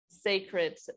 sacred